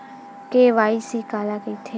KYC काला कइथे?